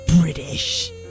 British